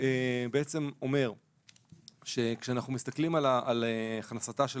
אומר שכאשר אנחנו מסתכלים על הכנסתה של